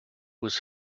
was